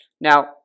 Now